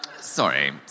sorry